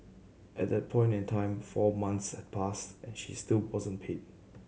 at that point in time four months had passed and she still wasn't paid